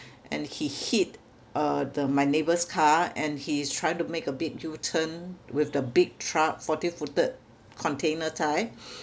and he hit uh the my neighbour's car and he is trying to make a big U turn with the big truck forty footed container type